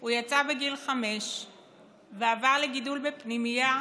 הוא יצא בגיל חמש ועבר לגדול בפנימייה,